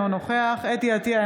אינו נוכח חוה אתי עטייה,